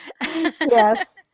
Yes